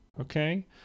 okay